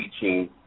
teaching